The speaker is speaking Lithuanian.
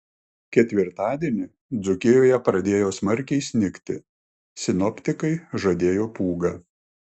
ketvirtadienį dzūkijoje pradėjo smarkiai snigti sinoptikai žadėjo pūgą